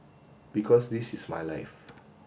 because this is my life